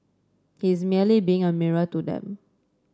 he's merely being a mirror to them